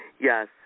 Yes